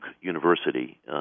University